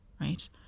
right